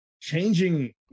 Changing